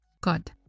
God